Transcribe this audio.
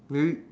maybe